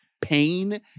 pain